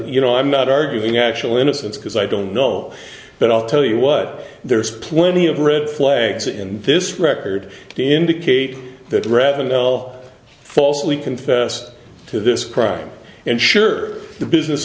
you know i'm not arguing actual innocence because i don't know but i'll tell you what there's plenty of red flags in this record to indicate that rev and l falsely confessed to this crime and sure the business